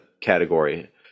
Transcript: category